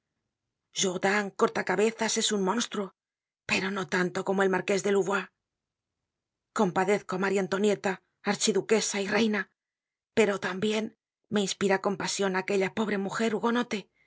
jourdan corta cabezas es un monstruo pero no tanto como el marqués de louvois compadezco á maría antonieta archiduquesa y reina pero tambien me inspira compasion aquella pobre mujer hugonote que